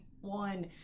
one